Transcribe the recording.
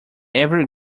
every